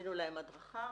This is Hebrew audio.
עשינו להם הדרכה.